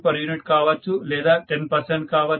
u కావచ్చు లేదా 10 percent కావచ్చు